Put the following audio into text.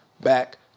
back